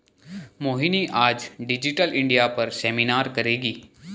मोहिनी आज digital India पर seminar करेगी